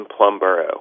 Plumborough